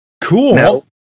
Cool